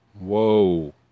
Whoa